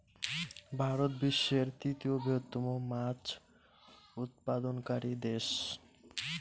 ভারত বিশ্বের তৃতীয় বৃহত্তম মাছ উৎপাদনকারী দেশ